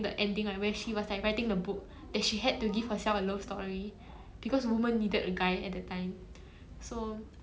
mm it's like